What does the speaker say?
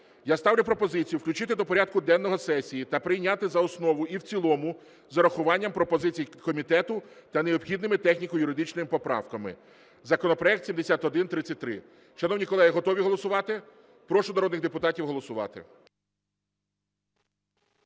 Я ставлю пропозицію включити до порядку денного сесії та прийняти за основу і в цілому з урахуванням пропозицій комітету та необхідними техніко-юридичними поправками законопроект 7133. Шановні колеги, готові голосувати? Прошу народних депутатів голосувати.